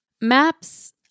MAPS